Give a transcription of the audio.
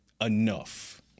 enough